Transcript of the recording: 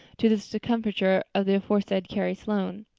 to the discomfiture of the aforesaid carrie sloane.